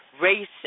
race